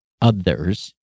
others